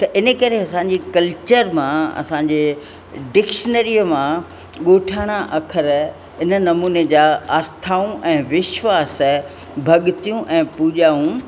त इन करे असां जी कल्चर मां असां जे डिक्शनरीअ मां ॻोठाणा अख़र आहिनि नमूने जा आस्थाऊं ऐं विश्वास भॻितियूं ऐं पूॼाऊं